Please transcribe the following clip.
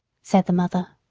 said the mother.